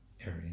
area